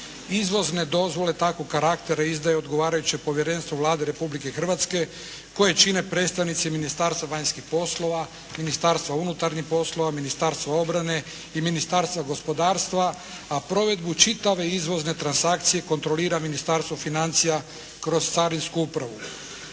Izvozne dozvole takvog karaktera izdaje odgovarajuće povjerenstvo Vlade Republike Hrvatske koje čine predstavnici Ministarstva vanjskih poslova, Ministarstva unutarnjih poslova, Ministarstva obrane i Ministarstva gospodarstva, a provedbu čitave izvozne transakcije kontrolira Ministarstvo financija kroz carinsku upravu.